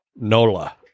Nola